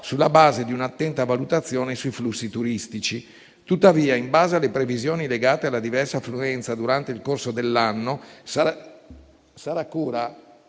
sulla base di un'attenta valutazione sui flussi turistici. Tuttavia, in base alle previsioni legate alla diversa affluenza durante il corso dell'anno, sarà cura